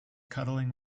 cuddling